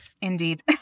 Indeed